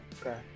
okay